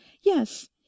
yes